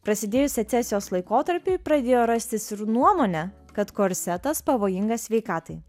prasidėjus secesijos laikotarpiui pradėjo rastis ir nuomonė kad korsetas pavojingas sveikatai